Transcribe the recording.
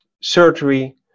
surgery